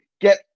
get